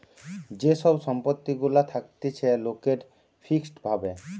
যে সব সম্পত্তি গুলা থাকতিছে লোকের ফিক্সড ভাবে